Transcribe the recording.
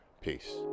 Peace